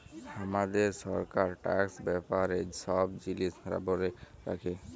হামাদের সরকার ট্যাক্স ব্যাপারে সব জিলিস ব্যলে রাখে